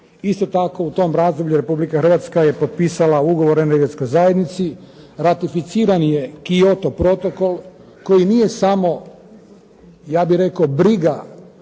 Isto tako u tom razdoblju Republika Hrvatska je potpisala ugovor Energetskoj zajednici, ratificiran je Kyoto protokol koji nije samo ja bih rekao briga